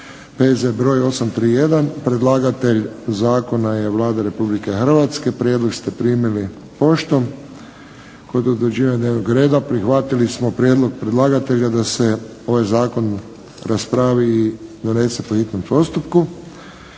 P.Z. br. 831 Predlagatelj zakona je Vlada Republike Hrvatske. Prijedlog ste primili poštom. Kod utvrđivanja dnevnog reda prihvatili smo prijedlog predlagatelja da se ovaj zakon raspravi i donese po hitnom postupku.